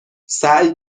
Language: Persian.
سعی